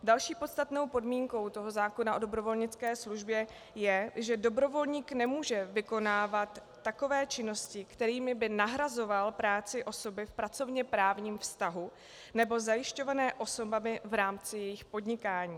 Další podstatnou podmínkou zákona o dobrovolnické službě je, že dobrovolník nemůže vykonávat takové činnosti, kterými by nahrazoval práci osoby v pracovněprávním vztahu nebo zajišťované osobami v rámci jejich podnikání.